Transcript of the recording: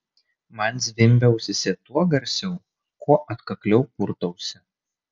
man zvimbia ausyse tuo garsiau kuo atkakliau purtausi